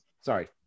Sorry